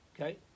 Okay